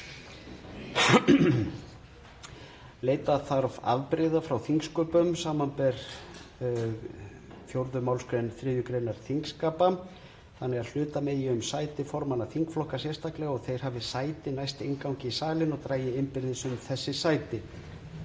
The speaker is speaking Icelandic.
Leita þarf afbrigða frá þingsköpum, þ.e. 4. mgr. 3. gr. þingskapa, þannig að hluta megi um sæti formanna þingflokka sérstaklega og þeir hafi sæti næst inngangi í salinn og dragi innbyrðis um þessi sæti.